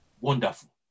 Wonderful